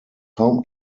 home